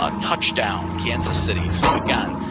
um touchdown kansas city. so again,